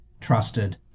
trusted